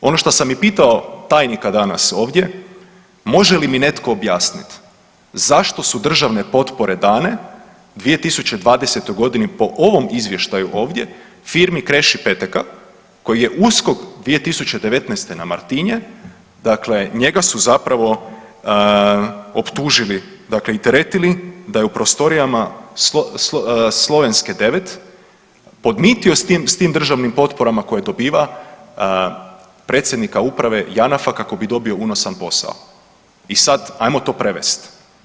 Ono šta sam i pitao tajnika danas ovdje, može li mi netko objasnit zašto su državne potpore dane 2020.g. po ovom izvještaju ovdje firmi Kreše Peteka koji je usko 2019. na Martinje dakle njega su zapravo optužili dakle i teretili da je u prostorijama Slovenske 9 podmitio s tim, s tim državnim potporama koje dobiva predsjednika uprave Janafa kako bi dobio unosan posao i sad ajmo to prevest.